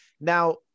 Now